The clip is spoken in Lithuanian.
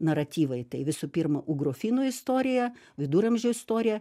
naratyvai tai visų pirma ugrofinų istorija viduramžių istorija